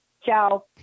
ciao